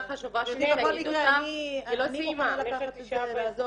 אני מוכנה לקחת את זה, לעזור לה.